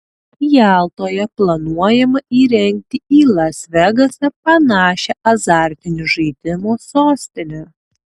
jaltoje planuojama įrengti į las vegasą panašią azartinių žaidimų sostinę